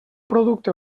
producte